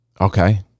Okay